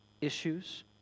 issues